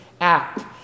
act